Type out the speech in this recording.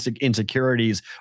insecurities